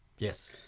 Yes